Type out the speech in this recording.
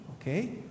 Okay